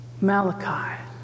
Malachi